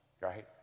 Right